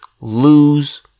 lose